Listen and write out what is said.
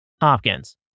Hopkins